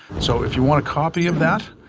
so if you want a copy of that,